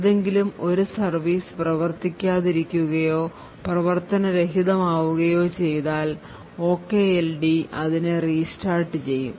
ഏതെങ്കിലും ഒരു സർവീസ് പ്രവർത്തിക്കാതെ ഇരിക്കുകയോ പ്രവർത്തനരഹിതം ആവുകയോ ചെയ്താൽ OKLD അതിനെ റീ സ്റ്റാർട്ട് ചെയ്യും